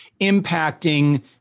impacting